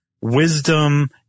wisdom